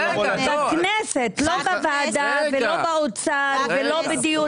בכנסת, לא בוועדה, ולא באוצר ולא בדיונים פנימיים.